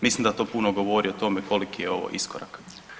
Mislim da to puno govori o tome koliki je ovo iskorak.